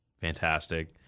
Fantastic